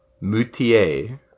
Moutier